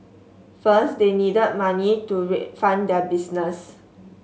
first they needed money to refund their business